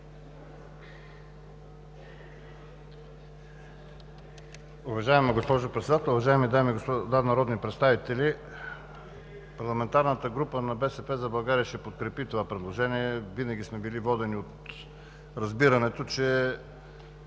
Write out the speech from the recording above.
Уважаема госпожо Председател, уважаеми дами и господа народни представители! Парламентарната група на „БСП за България“ ще подкрепи това предложение. Винаги сме били водени от разбирането, че